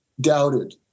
doubted